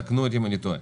ותקנו אותי אם אני טועה.